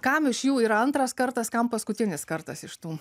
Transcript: kam iš jų yra antras kartas kam paskutinis kartas iš tų